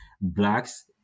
Blacks